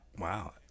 wow